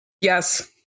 Yes